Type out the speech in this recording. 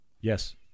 Yes